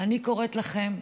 אני קוראת לכם: